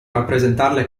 rappresentarle